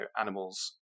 animals